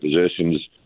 positions